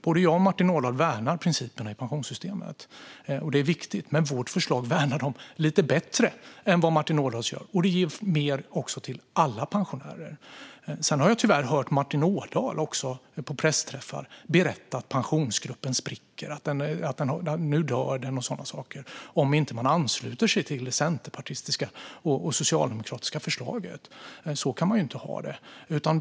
Både jag och Martin Ådahl värnar principerna i pensionssystemet, och det är viktigt. Men vårt förslag värnar dem lite bättre än vad Martin Ådahls gör. Det ger också mer till alla pensionärer. Sedan har jag tyvärr hört Martin Ådahl på pressträffar berätta att Pensionsgruppen spricker och säga att den dör om man inte ansluter sig till det centerpartistiska och socialdemokratiska förslaget och sådana saker. Så kan man inte ha det.